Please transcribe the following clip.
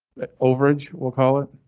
overage will call it.